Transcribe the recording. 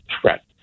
threat